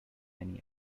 many